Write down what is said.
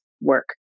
work